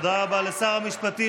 תודה רבה לשר המשפטים.